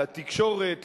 לתקשורת,